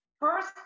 First